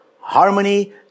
harmony